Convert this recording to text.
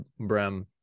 Brem